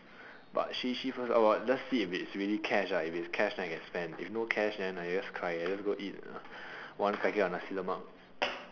but see see first oh let's see if it's really cash ah if it's cash then I can spend if no cash then I just cry I just go eat one packet of Nasi-Lemak